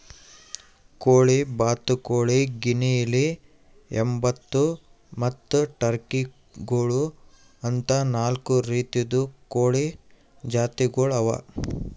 ಕೋಳಿ, ಬಾತುಕೋಳಿ, ಗಿನಿಯಿಲಿ, ಹೆಬ್ಬಾತು ಮತ್ತ್ ಟರ್ಕಿ ಗೋಳು ಅಂತಾ ನಾಲ್ಕು ರೀತಿದು ಕೋಳಿ ಜಾತಿಗೊಳ್ ಅವಾ